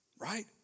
Right